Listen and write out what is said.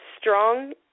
strong